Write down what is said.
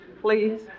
Please